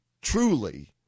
truly